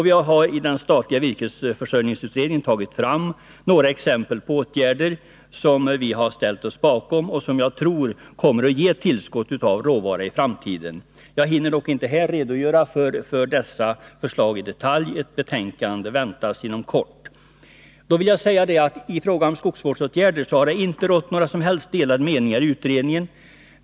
Vi har i den statliga virkesförsörjningsutredningen tagit fram några exempel på åtgärder som vi har ställt oss bakom och som jag tror kommer att ge ett tillskott av råvara i framtiden. Jag hinner dock inte här redogöra för dessa förslag i detalj. Ett betänkande väntas inom kort. I fråga om skogsvårdsåtgärderna har det inte varit några som helst delade meningar i utredningen.